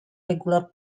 regular